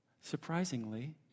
surprisingly